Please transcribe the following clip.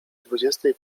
dwudziestej